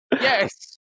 Yes